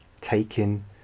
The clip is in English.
taking